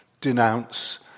denounce